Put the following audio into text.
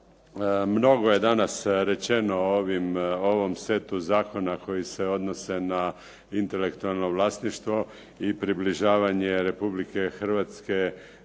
Mnogo je danas rečeno o ovom setu zakona koji se odnose na intelektualno vlasništvo i približavanje Republike Hrvatske